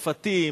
מפתים,